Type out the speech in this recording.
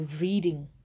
reading